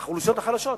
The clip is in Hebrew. על האוכלוסיות החלשות,